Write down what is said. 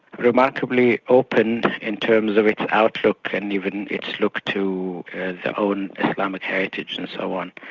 remarkably open in terms of its outlook and even its look to the own islamic heritage and so on.